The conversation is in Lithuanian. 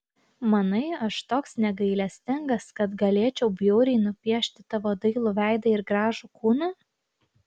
manai aš toks negailestingas kad galėčiau bjauriai nupiešti tavo dailų veidą ir gražų kūną